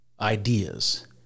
ideas